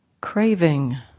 craving